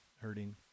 hurting